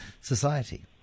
society